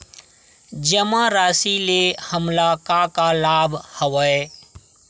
जमा राशि ले हमला का का लाभ हवय?